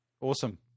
Awesome